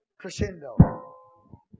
Crescendo